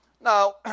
now